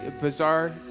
bizarre